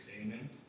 Amen